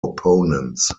opponents